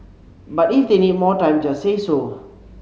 but if they need more time just say so